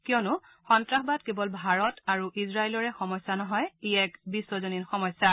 কিয়নো সন্তাসবাদ কেৱল ভাৰত আৰু ইজৰাইলৰে সমস্যা নহয় ই এক বিশ্বজনীন সমস্যা